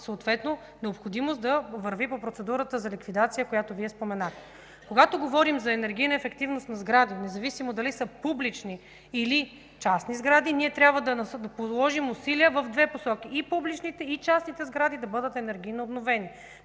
да има необходимост да върви по процедурата за ликвидация, която Вие споменахте. Когато говорим за енергийна ефективност на сгради, независимо дали са публични или частни, трябва да положим усилия в две посоки – и публичните, и частните сгради да бъдат енергийно обновени.